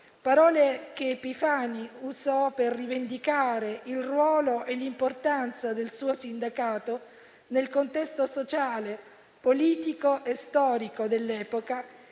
parole che Epifani usò per rivendicare il ruolo e l'importanza del suo sindacato nel contesto sociale, politico e storico dell'epoca